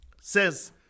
says